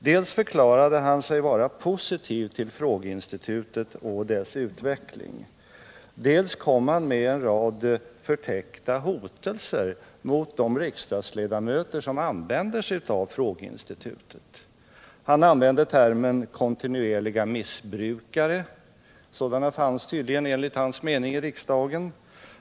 Dels förklarade han sig vara positiv till frågeinstitutet och dess utveckling, dels kom han med en rad förtäckta hotelser mot de riksdagsledamöter som använder sig av frågeinstitutet. Han begagnade termen ”kontinuerliga missbrukare” — sådana fanns tydligen enligt hans mening i riksdagen.